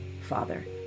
Father